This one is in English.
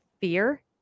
fear